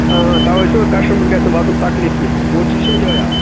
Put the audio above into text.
ٲں ٲں تَوٕے چھُنہ کَشٹَمَرَس گژھِ نہٕ واتُن تکلیٖف کیٚنہہ بوٚڈ چیٖز چھِ نا یِہٕے آسان